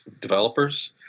developers